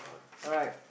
alright